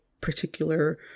particular